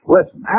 Listen